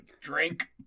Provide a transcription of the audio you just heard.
Drink